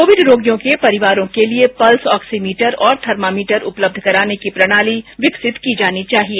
Covid रोगियों के परिवारों के लिए पल्स ऑक्सीमीटर और थर्मामीटर उपलब्ध कराने की प्रणाली विकसित की जानी चाहिए